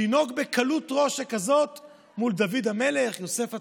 לנהוג בקלות ראש שכזאת מול דוד המלך, יוסף הצדיק,